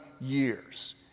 years